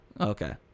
okay